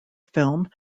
film